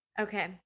Okay